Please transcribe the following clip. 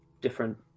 different